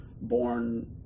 born